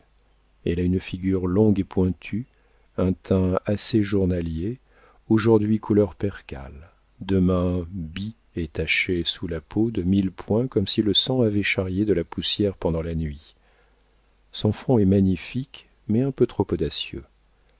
elle a une figure longue et pointue un teint assez journalier aujourd'hui couleur percale demain bis et taché sous la peau de mille points comme si le sang avait charrié de la poussière pendant la nuit son front est magnifique mais un peu trop audacieux